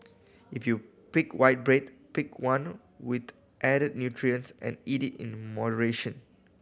if you pick white bread pick one with added nutrients and eat it in moderation